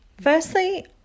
Firstly